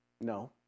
No